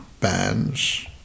bands